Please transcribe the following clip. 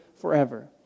forever